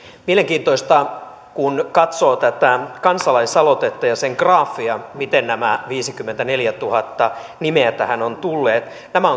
mielenkiintoista kun katsoo tätä kansalaisaloitetta ja sen graafeja miten nämä viisikymmentäneljätuhatta nimeä tähän ovat tulleet nämä